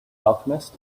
alchemist